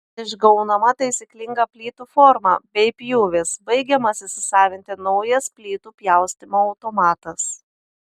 išgaunama taisyklinga plytų forma bei pjūvis baigiamas įsisavinti naujas plytų pjaustymo automatas